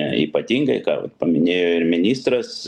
ypatingai ką vat paminėjo ir ministras